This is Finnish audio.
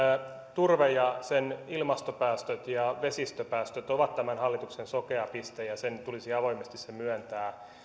turve ja sen ilmastopäästöt ja vesistöpäästöt ovat tämän hallituksen sokea piste ja sen tulisi avoimesti se myöntää